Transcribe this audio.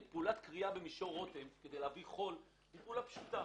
פעולת כרייה במישור רותם היא פעולה פשוטה,